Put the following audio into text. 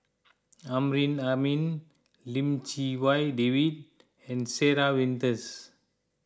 Amrin Amin Lim Chee Wai David and Sarah Winstedt